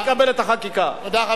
תודה, תודה.